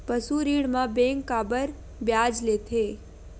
पशु ऋण म बैंक काबर ब्याज लेथे?